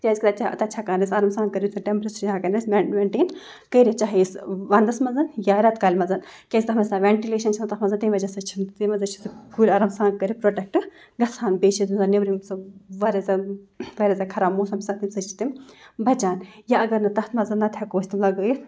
کیٛازِکہِ تَتہِ چھِ تَتہِ چھِ ہٮ۪کان أسۍ آرام سان کٔرِتھ یُس زَن ٹٮ۪مپر سُہ چھِن ہٮ۪کان أسۍ میٚن میٚنٹین کٔرِتھ چاہے سُہ وَنٛدَس منٛز یا رٮ۪تہٕ کالہِ منٛز کیٛازِ تَتھ منٛز چھِ آسان وٮ۪نٹِلیشَن چھِ آسان تَتھ منٛز تمہِ وَجہ سۭتۍ چھِنہٕ تمہِ وجہ سۭتۍ چھِ سُہ کُلۍ آرام سان کٔرِتھ پرٛوٹٮ۪کٹہٕ گژھان بیٚیہِ چھِ یِم زَن نٮ۪برِم سُہ واریاہ زیادٕ واریاہ زیادٕ خراب موسم چھِ آسان تمہِ سۭتۍ چھِ تِم بَچان یا اگر نہٕ تَتھ منٛز نَتہٕ ہٮ۪کو أسۍ تِم لَگٲیِتھ